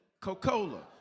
Coca-Cola